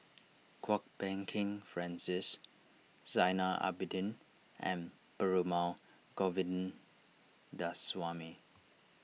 Kwok Peng Kin Francis Zainal Abidin and Perumal Govindaswamy